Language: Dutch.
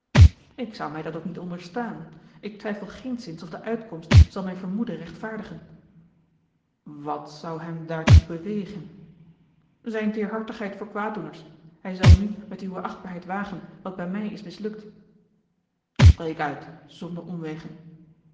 ik zou mij dat ook niet onderstaan ik twijfel geenszins of de uitkomst zal mijn vermoeden rechtvaardigen wat zou hem daartoe bewegen zijne teêrhartigheid voor kwaaddoeners hij zal nu met uwe achtbaarheid wagen wat bij mij is mislukt spreek uit zonder omwegen